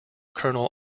colonel